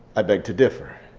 i beg to differ.